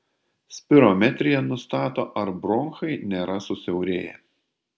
spirometrija nustato ar bronchai nėra susiaurėję